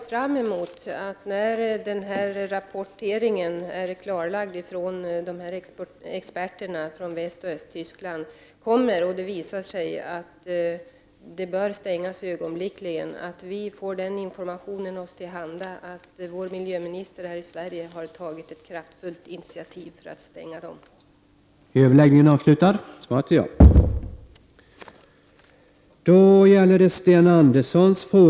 När väl den här rapporteringen är klarlagd från de östoch västtyska experterna och vi får del av den och det visar sig att reaktorerna ögonblickligen bör stängas ser jag fram emot att information kommer oss till handa om att miljöministern i Sverige har tagit ett kraftfullt initiativ för en stängning av reaktorerna.